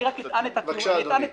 רק אטען את הטיעון,